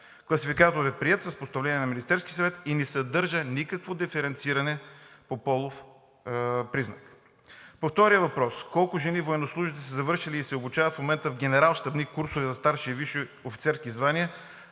Класификаторът е приет с постановление на Министерския съвет и не съдържа никакво диференциране по полов признак. По втория въпрос – колко жени военнослужещи са завършили и се обучават в момента в генерал-щабни курсове за старши и висши офицерски звания,